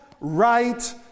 right